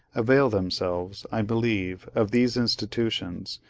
avail themselves, i believe, of these institutions,